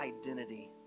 identity